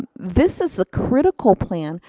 this is a critical plan,